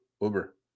uber